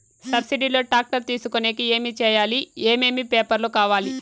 Subsidy లో tractor తీసుకొనేకి ఏమి చేయాలి? ఏమేమి పేపర్లు కావాలి?